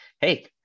hey